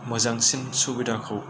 मोजांसिन सुबिदाखौ